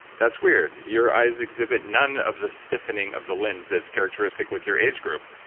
that's weird, your eyes exhibit none of the stiffening of the lens that's characteristic with your age group.